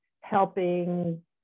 helping